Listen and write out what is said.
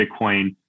Bitcoin